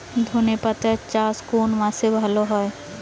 ধনেপাতার চাষ কোন মাসে ভালো হয়?